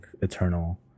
eternal